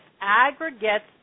aggregates